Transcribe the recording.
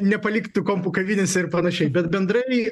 nepaliktų kompų kavinėse ir panašiai bet bendrai